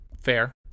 fair